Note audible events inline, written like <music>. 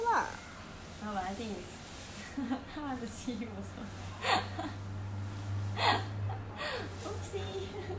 no but the thing is <laughs> I want to see him also <laughs> !oops! <laughs>